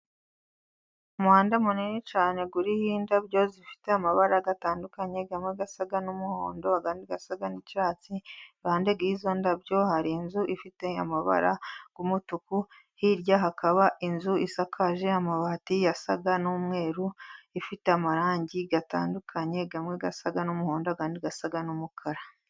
Umuhanda munini cyane uriho indabo zifite amabara atandukanye, amwe asa n'umuhondo andi asa n'icyatsi. Iruhande rw'izo ndabo hari inzu ifite amabara y'umutuku, hirya hakaba inzu isakaje amabati asa n'umweru, ifite amarangi atandukanye amwe asa n'umuhondo andi asa n'umukara.